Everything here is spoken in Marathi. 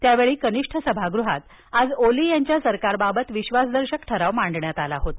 त्यावेळी कनिष्ठ सभागृहात आज ओली यांच्या सरकारबाबत विश्वासदर्शक ठराव मांडण्यात आला होता